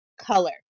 color